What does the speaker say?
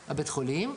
בית החולים.